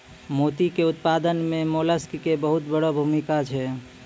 मोती के उपत्पादन मॅ मोलस्क के बहुत वड़ो भूमिका छै